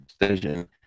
decision